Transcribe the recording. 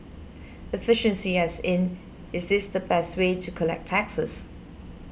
efficiency as in is this the best way to collect taxes